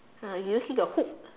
uh do you see the hook